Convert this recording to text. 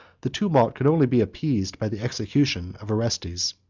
the tumult could only be appeased by the execution of orestes.